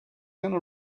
gonna